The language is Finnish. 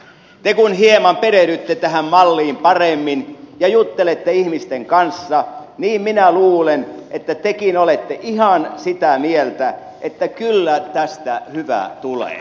te kun hieman perehdytte tähän malliin paremmin ja juttelette ihmisten kanssa niin minä luulen että tekin olette ihan sitä mieltä että kyllä tästä hyvä tulee